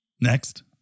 Next